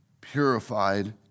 purified